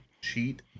cheat